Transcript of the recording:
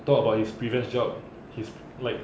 talk about his previous job he's like